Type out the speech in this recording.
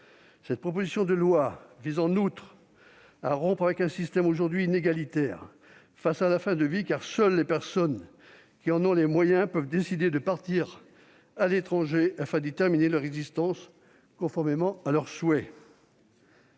Cette proposition de loi vise en outre à rompre avec un système aujourd'hui inégalitaire face à la fin de vie, car seules les personnes qui en ont les moyens peuvent décider de partir à l'étranger afin d'y terminer leur existence conformément à leurs souhaits.